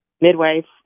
midwife